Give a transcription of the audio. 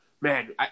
Man